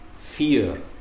fear